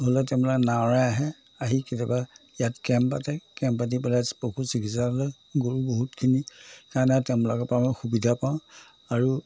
হ'লে তেওঁলোকে নাৱেৰে আহে আহি কেতিয়াবা ইয়াত কেম্প পাতে কেম্প পাতি পেলাই পশু চিকিৎসালয় গৰু বহুতখিনি সেইকাৰণে তেওঁলোকৰ পৰা মই সুবিধা পাওঁ আৰু